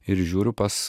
ir žiūriu pas